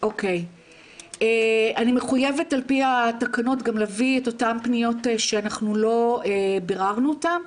אני מחויבת על פי התקנות גם להביא את אותן פניות שאנחנו לא ביררנו אותן,